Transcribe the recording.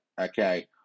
okay